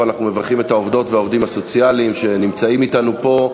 אבל אנחנו מברכים את העובדות והעובדים הסוציאליים שנמצאים אתנו פה.